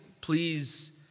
Please